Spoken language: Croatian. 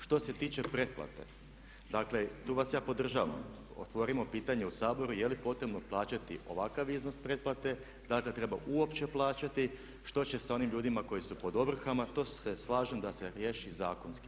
Što se tiče pretplate, dakle tu vas ja podržavam, otvorimo pitanje u Saboru je li potrebno plaćati ovakav iznos pretplate, da li ga treba uopće plaćati, što će sa onim ljudima koji su pod ovrhama, to se slažem da se riješi zakonski.